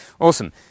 awesome